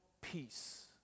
peace